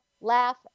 laugh